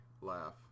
laugh